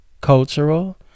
cultural